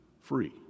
free